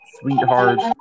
Sweetheart